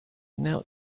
knelt